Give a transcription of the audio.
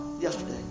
yesterday